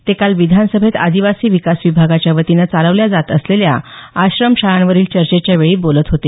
ते काल विधानसभेत आदिवासी विकास विभागाच्या वतीनं चालवल्या जात असलेल्या आश्रम शाळांवरील चर्चेच्या वेळी बोलत होते